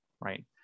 right